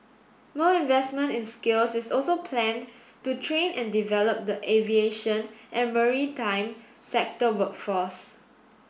more investment in skills is also planned to train and develop the aviation and maritime sector workforce